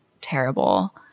terrible